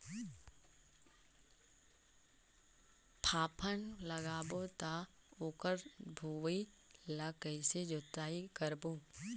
फाफण लगाबो ता ओकर भुईं ला कइसे जोताई करबो?